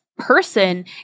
person